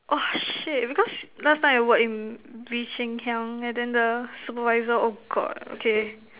oh shit because last time I work in Bee-Cheng-Hiang and then the supervisor oh God okay